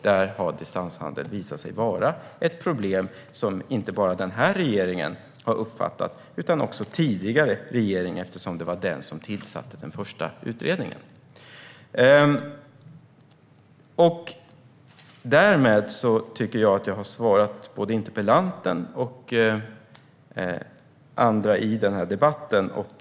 Där har distanshandeln visat sig vara ett problem som inte bara den här regeringen har uppfattat utan också den tidigare regeringen, eftersom det var den som tillsatte den första utredningen. Därmed tycker jag att jag har svarat både interpellanten och andra i debatten.